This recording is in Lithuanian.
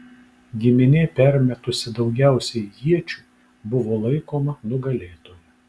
giminė permetusi daugiausiai iečių buvo laikoma nugalėtoja